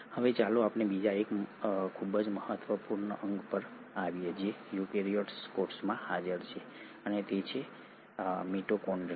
હવે ચાલો આપણે બીજા એક ખૂબ જ મહત્વપૂર્ણ અંગ પર આવીએ જે યુકેરીયોટિક કોષમાં હાજર છે અને તે છે મિટોકોન્ડ્રિયા